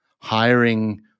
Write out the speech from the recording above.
hiring